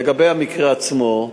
לגבי המקרה עצמו,